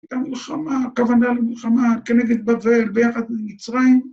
גם מלחמה, הכוונה למלחמה כנגד בבל ביחד עם מצרים.